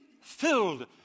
Filled